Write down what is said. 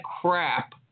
crap